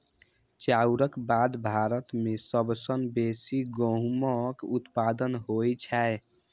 चाउरक बाद भारत मे सबसं बेसी गहूमक उत्पादन होइ छै